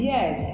Yes